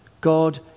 God